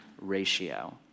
ratio